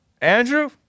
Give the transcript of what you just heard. Andrew